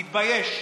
תתבייש.